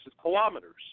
kilometers